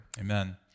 Amen